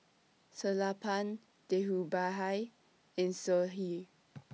Sellapan Dhirubhai and Sudhir